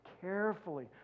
carefully